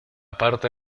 parte